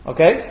Okay